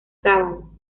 sábado